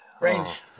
Range